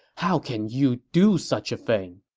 how can you do such a thing!